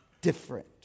different